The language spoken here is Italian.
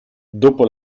dopo